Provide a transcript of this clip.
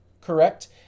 Correct